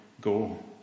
go